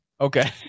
okay